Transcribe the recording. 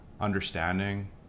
understanding